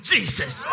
Jesus